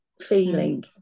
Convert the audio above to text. feeling